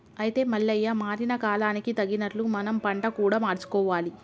అయితే మల్లయ్య మారిన కాలానికి తగినట్లు మనం పంట కూడా మార్చుకోవాలి